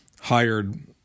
hired